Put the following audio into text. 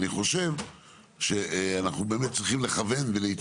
אנחנו לא בחומה ומגדל יותר,